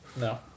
No